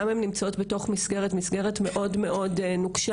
גם הן נמצאות בתוך מסגרת שהיא מאוד מאוד נוקשה